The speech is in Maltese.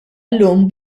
llum